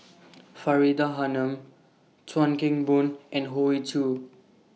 Faridah Hanum Chuan Keng Boon and Hoey Choo